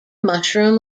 mushroom